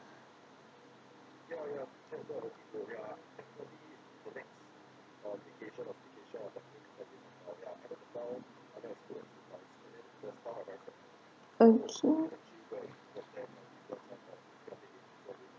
okay